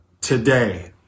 today